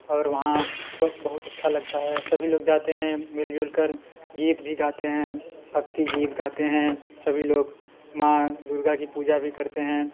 और वहाँ बहुत अच्छा लगता है सभी लोग जाते हैं मिल जुल कर गीत भी गाते हैं भक्ति गीत गाते हैं सभी लोग माँ दुर्गा की पूजा भी करते हैं